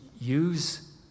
use